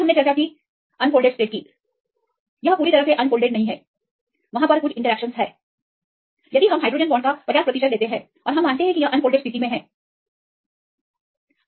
फिर हमने चर्चा की अनफोल्डेड स्टेट पूरी तरह से अनफोल्डेड नहीं वहाँ कुछ इंटरेक्शन ध्यान में लेते है कि अगर हम हाइड्रोजन बांड का 50 प्रतिशत लेते हैं हम मानते हैं कि वे अनफोल्डेड स्टेट स्थिति में हैं और यह धारणा है